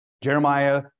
Jeremiah